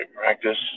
Practice